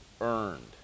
earned